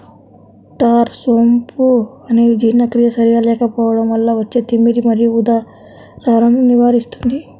star సోంపు అనేది జీర్ణక్రియ సరిగా లేకపోవడం వల్ల వచ్చే తిమ్మిరి మరియు ఉదరాలను నివారిస్తుంది